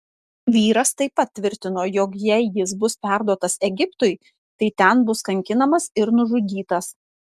vyras taip pat tvirtino jog jei jis bus perduotas egiptui tai ten bus kankinamas ir nužudytas